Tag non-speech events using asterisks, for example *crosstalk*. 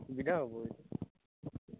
সুবিধা হ'ব *unintelligible*